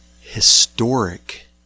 historic